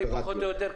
פחות או יותר,